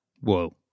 Whoa